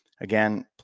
again